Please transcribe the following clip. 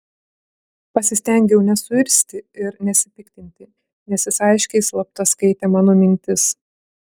pasistengiau nesuirzti ir nesipiktinti nes jis aiškiai slapta skaitė mano mintis